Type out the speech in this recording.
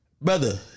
brother